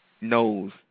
knows